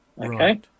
okay